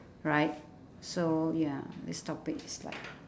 right so ya they stop it's like